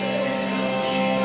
and